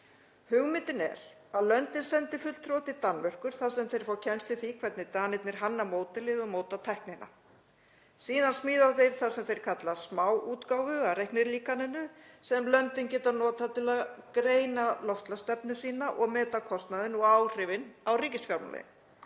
Hugmyndin er að löndin sendi fulltrúa til Danmerkur þar sem þeir fá kennslu í því hvernig Danir hanna módelið og móta tæknina. Síðan smíða þeir það sem þeir kalla smáútgáfu af reiknilíkaninu sem löndin geta notað til að greina loftslagsstefnu sína og meta kostnaðinn og áhrifin á ríkisfjármálin.